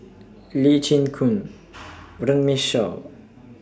Lee Chin Koon Runme Shaw